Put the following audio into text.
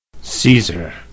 Caesar